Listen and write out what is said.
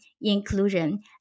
inclusion